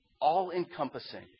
all-encompassing